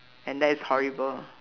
and that is horrible